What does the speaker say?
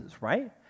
right